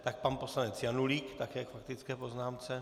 Tak pan poslanec Janulík také k faktické poznámce.